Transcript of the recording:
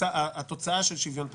התוצאה של שוויון פריטטי.